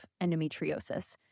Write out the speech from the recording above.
endometriosis